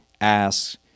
asks